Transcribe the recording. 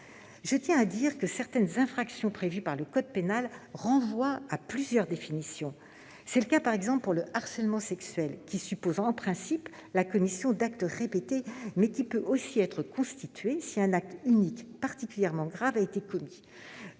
Je tiens à dire que certaines infractions prévues par le code pénal renvoient à plusieurs définitions. C'est le cas par exemple pour le harcèlement sexuel, qui suppose en principe la commission d'actes répétés, mais qui peut aussi être constitué si un acte unique particulièrement grave a été commis.